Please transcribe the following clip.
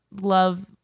love